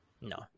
no